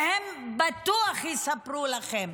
והם בטוח יספרו לכם.